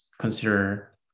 consider